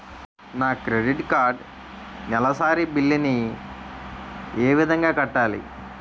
నా credit card నెలసరి bill ని ఏ విధంగా కట్టాలి?